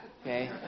okay